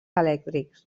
elèctrics